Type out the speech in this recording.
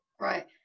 right